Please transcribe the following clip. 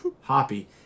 Hoppy